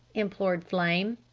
implored flame.